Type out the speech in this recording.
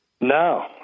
No